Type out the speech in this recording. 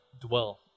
dwell